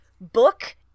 book